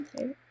Okay